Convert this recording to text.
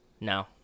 No